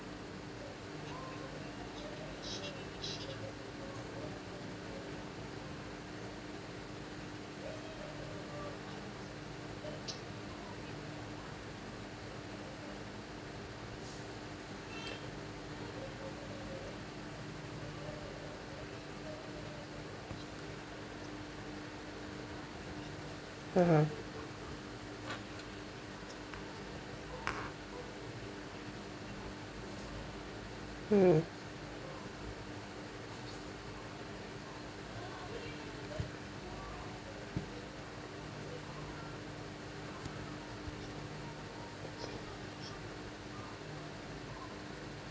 (uh huh) mmhmm